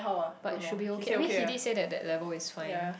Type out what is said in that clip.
but should be okay I mean Hedi said that that level is fine